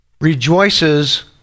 Rejoices